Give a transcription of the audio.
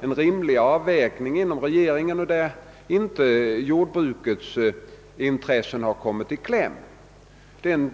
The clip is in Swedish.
en rimlig avvägning och att jordbrukets intressen inte har kommit 1 kläm.